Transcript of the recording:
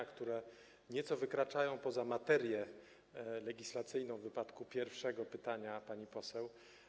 Niektóre nieco wykraczają poza materię legislacyjną, tak jak w wypadku pierwszego pytania pani poseł.